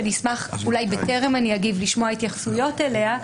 שאני אשמח בטרם אני אומר לשמוע התייחסויות אליה,